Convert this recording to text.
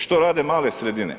Što rade male sredine?